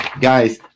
Guys